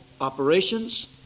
operations